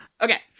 Okay